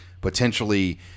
potentially